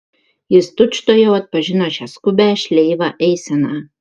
jis tučtuojau atpažino šią skubią šleivą eiseną